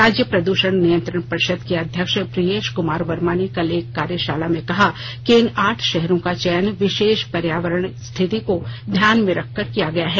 राज्य प्रदृषण नियंत्रण पर्षद के अध्यक्ष प्रियेश कुमार वर्मा ने कल एक कार्यशाला में कहा कि इन आठ शहरो का चयन विशेष पर्यावरण स्थिति को ध्याने में रख कर किया गया है